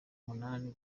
umunani